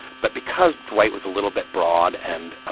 but because dwight was a little bit broad and ah